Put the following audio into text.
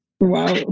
Wow